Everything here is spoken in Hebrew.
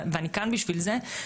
ואני כאן בשביל זה.